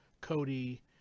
Cody